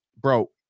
Bro